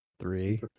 Three